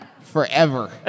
forever